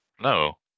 No